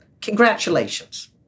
Congratulations